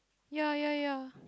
ye ye ye